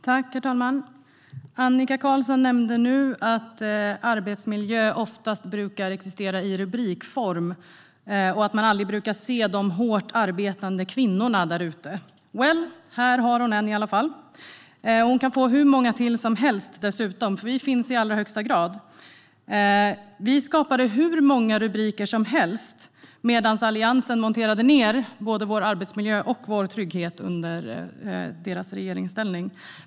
Herr talman! Annika Qarlsson nämnde nu att arbetsmiljö oftast brukar existera i rubrikform och att man aldrig brukar se de hårt arbetande kvinnorna där ute. Well, här har hon i varje fall en. Hon kan dessutom få hur många till som helst. Vi finns i allra högsta grad. Vi skapade hur många rubriker som helst medan Alliansen monterade ned både vår arbetsmiljö och vår trygghet under sin tid i regeringsställning.